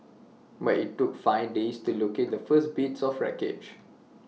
but IT took five days to locate the first bits of wreckage